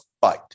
fight